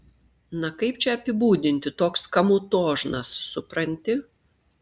na kaip čia apibūdinti toks kamutožnas supranti